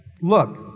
look